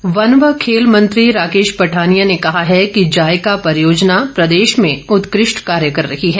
पठानिया वन व खेल मंत्री राकेश पठानिया ने कहा है कि जाईका परियोजना प्रदेश में उत्कृष्ट कार्य कर रही है